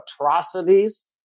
atrocities